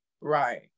Right